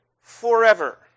forever